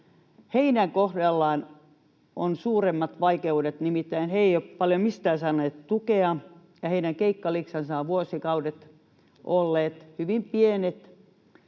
Heidän kohdallaan on suuremmat vaikeudet, nimittäin he eivät ole paljon mistään saaneet tukea ja heidän keikkaliksansa ovat vuosikaudet olleet hyvin pienet.